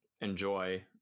enjoy